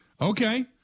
Okay